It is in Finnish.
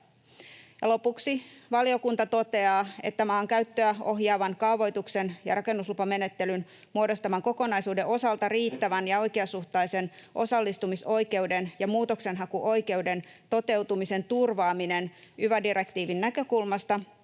Lopuksi valiokunta toteaa, että maankäyttöä ohjaavan kaavoituksen ja rakennuslupamenettelyn muodostaman kokonaisuuden osalta riittävän ja oikeasuhtaisen osallistumisoikeuden ja muutoksenhakuoikeuden toteutumisen turvaaminen yva-direktiivin näkökulmasta